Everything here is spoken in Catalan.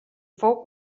fou